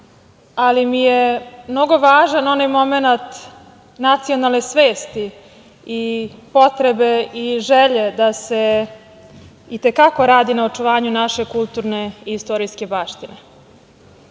ali mi je mnogo važan onaj momenat nacionalne svesti i potrebe i želje da se i te kako radi na očuvanju naše kulturne i istorijske baštine. Konačno